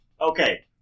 Okay